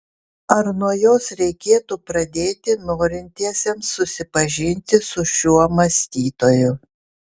ar nuo jos reikėtų pradėti norintiesiems susipažinti su šiuo mąstytoju